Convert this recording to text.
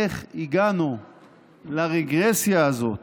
איך הגענו לרגרסיה הזאת,